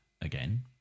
again